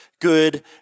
good